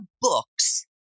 books